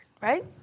right